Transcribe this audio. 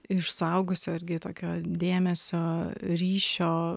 iš suaugusio irgi tokio dėmesio ryšio